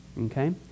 okay